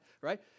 right